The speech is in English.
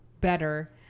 better